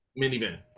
Minivan